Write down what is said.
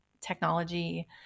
technology